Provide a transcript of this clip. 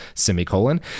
Semicolon